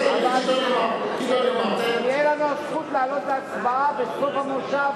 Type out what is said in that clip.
אבל תהיה לנו הזכות להעלות להצבעה בסוף המושב,